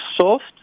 soft